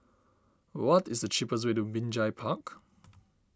what is the cheapest way to Binjai Park